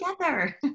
together